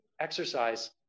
exercise